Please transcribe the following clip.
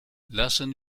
lassen